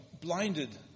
blinded